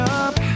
up